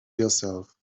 yourself